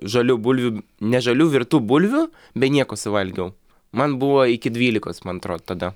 žalių bulvių ne žalių virtų bulvių be nieko suvalgiau man buvo iki dvylikos man atrodo tada